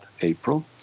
april